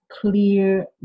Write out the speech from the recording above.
clear